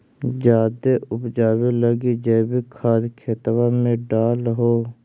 जायदे उपजाबे लगी जैवीक खाद खेतबा मे डाल हो?